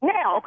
Now